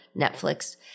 Netflix